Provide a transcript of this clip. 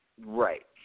Right